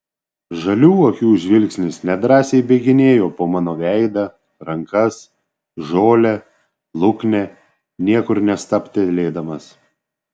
žalių akių žvilgsnis nedrąsiai bėginėjo po mano veidą rankas žolę luknę niekur nestabtelėdamas